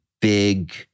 big